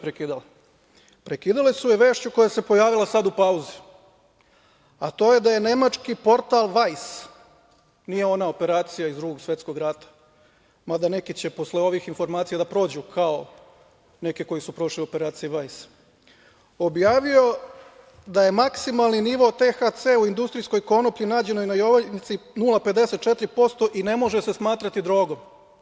Prekidale su je vešću koja se pojavila sad u pauzi, a to je da je nemački portal "Vajs", nije ona operacija iz Drugog svetskog rata, mada će neki posle ovih informacija da prođu kao neki koji su prošli operaciju "Vajs", objavio da je maksimalni nivo THC u industrijskoj konoplji nađenoj na Jovanjici 0,54% i ne može se smatrati drogom.